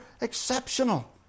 exceptional